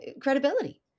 credibility